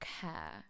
care